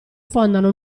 fondano